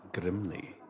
grimly